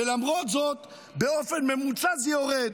ולמרות זאת באופן ממוצע זה יורד.